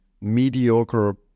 mediocre